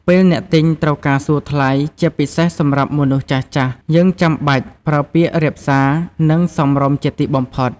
ពេលអ្នកទិញត្រូវការសួរថ្លៃ ជាពិសេសសម្រាប់មនុស្សចាស់ៗ យើងចាំបាច់ប្រើពាក្យរាបសារ និងសមរម្យជាទីបំផុត។